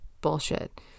bullshit